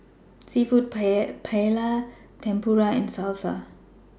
Seafood Paella Tempura and Salsa